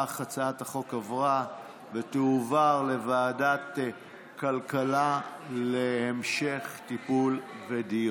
להעביר את הצעת חוק איסור פרסומת והגבלת השיווק של מוצרי טבק ועישון